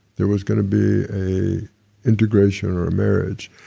there was going to be a integration or a marriage.